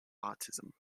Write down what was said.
autism